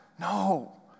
No